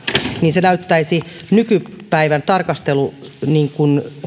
näyttäytyisikin nykypäivän tarkastelussa